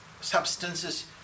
substances